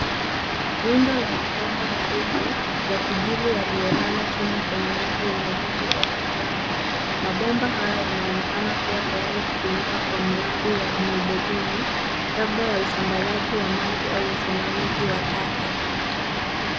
Rundo la mabomba marefu yakijivu yaliyo lala chini kwenye ardhi yenye vumbi au mchanga. Mabomba haya yanaonekana kuwa tayari kutumika kwa mradi wa muundo mbinu labda ya usambazaji wa maji au usimamizi wa taka.